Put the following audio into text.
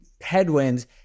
headwinds